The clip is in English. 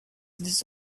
this